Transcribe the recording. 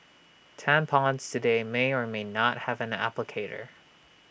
tampons today may or may not have an applicator